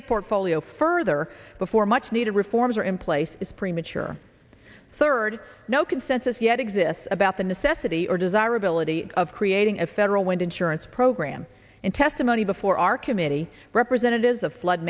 the portfolio further before much needed reforms are in place is premature third no consensus yet exists about the necessity or desirability of creating a federal wind insurance program in testimony before our committee representatives of flood